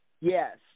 Yes